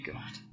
God